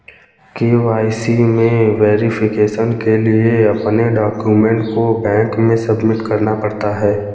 KYC में verification के लिए अपने डाक्यूमेंट को बैंक में सबमिट करना पड़ता है